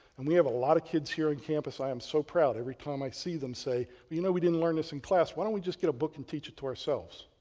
and we have a lot of kids here in campus i am so proud every time i'd see them say, you know, we didn't learned this in class, why don't we just get a book and teach it to ourselves?